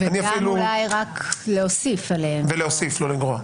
וגם אולי רק "להוסיף עליהם", ולא "לגרוע".